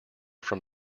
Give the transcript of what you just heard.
from